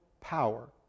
power